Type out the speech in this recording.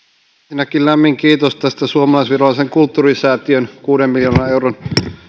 ensinnäkin lämmin kiitos tästä suomalais virolaisen kulttuurisäätiön kuuden miljoonan euron